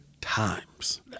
times